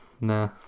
nah